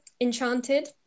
enchanted